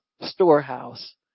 storehouse